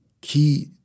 key